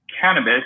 cannabis